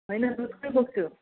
होइन दुधकै बोक्छु